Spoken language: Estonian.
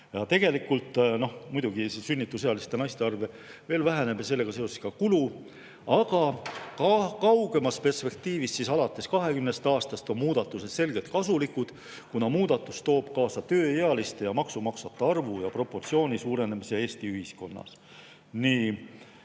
Tegelikult muidugi sünnitusealiste naiste arv veel väheneb ja sellega seoses ka kulu, aga kaugemas perspektiivis, alates 20 aastast, on muudatused selgelt kasulikud, kuna need toovad kaasa tööealistest inimestest maksumaksjate arvu ja proportsiooni suurenemise Eesti ühiskonnas. Nii.